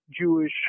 Jewish